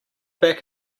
back